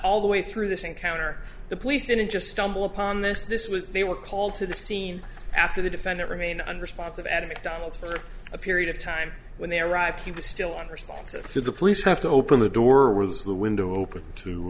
all the way through this encounter the police didn't just stumble upon this this was they were called to the scene after the defendant remain under spots of at a mcdonald's for a period of time when they arrived he was still on responsive to the police have to open the door was the window open to